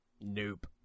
Nope